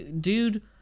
Dude